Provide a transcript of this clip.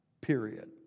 period